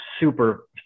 Super